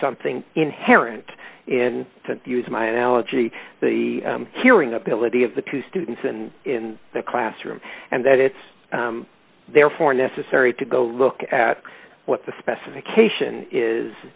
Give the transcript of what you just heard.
something inherent in to use my analogy the hearing ability of the two students and in the classroom and that it's therefore necessary to go look at what the specification is